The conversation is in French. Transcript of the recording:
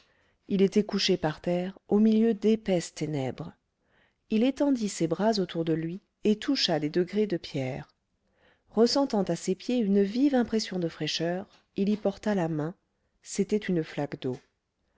il était couché par terre au milieu d'épaisses ténèbres il étendit ses bras autour de lui et toucha des degrés de pierre ressentant à ses pieds une vive impression de fraîcheur il y porta la main c'était une flaque d'eau